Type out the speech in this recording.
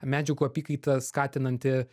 medžiagų apykaitą skatinanti